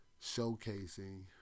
showcasing